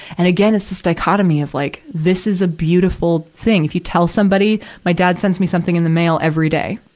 and, again, it's this dichotomy of, like, this is a beautiful thing. if you tell somebody, my dad sends me something in the mail every day.